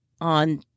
on